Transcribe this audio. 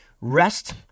rest